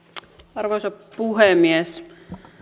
arvoisa puhemies